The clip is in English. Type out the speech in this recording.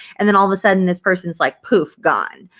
and then all of a sudden this person's like poof gone.